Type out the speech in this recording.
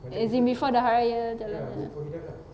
as in before the hari raya jalan ah